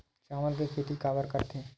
चावल के खेती काबर करथे?